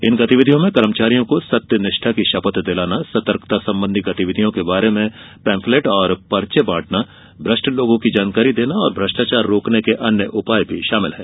इन गतिविधियों में कर्मचारियों को सत्य निष्ठा की ैशपथ दिलाना सतर्कता संबंधी गतिविधियों के बारे में पैम्फलेट और पर्चे बांटना भ्रष्ट लोगों की जानकारी देना और भ्रष्टाचार रोकने के अन्य उपाय भी शामिल हैं